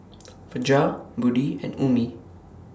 Fajar Budi and Ummi